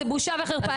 זו בושה וחרפה,